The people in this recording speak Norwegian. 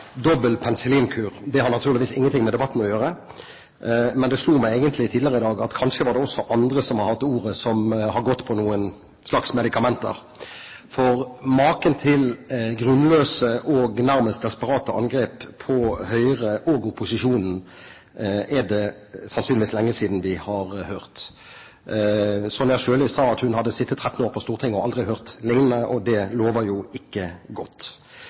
dobbel penicillinkur. Det har naturligvis ingenting med debatten å gjøre, men det slo meg egentlig tidligere i dag at kanskje var det også andre som har hatt ordet som har gått på en slags medikamenter, for maken til grunnløse og nærmest desperate angrep på Høyre og opposisjonen er det sannsynligvis lenge siden vi har hørt! Sonja Sjøli sa at hun har sittet 13 år på Stortinget og har aldri hørt lignende, og det lover jo ikke godt.